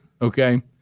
Okay